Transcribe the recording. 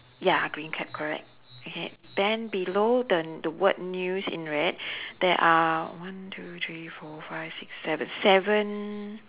ya green cap correct okay then below the the word news in red there are one two three four five six seven seven